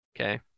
Okay